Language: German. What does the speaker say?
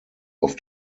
auf